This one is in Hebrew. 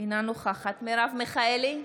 אינה נוכחת מרב מיכאלי,